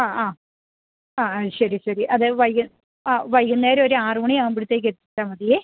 ആ ആ ആ ആ ശരി ശരി അത് വൈകി ആ വൈകുന്നേരം ഒരു ആറ് മണിയാകുമ്പഴത്തേക്ക് എത്തിച്ചാൽ മതിയേ